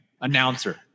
announcer